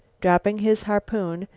dropping his harpoon,